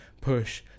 push